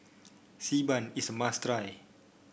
Xi Ban is a must try